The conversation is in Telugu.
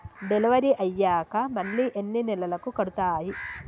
డెలివరీ అయ్యాక మళ్ళీ ఎన్ని నెలలకి కడుతాయి?